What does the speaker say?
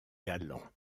galant